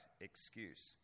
excuse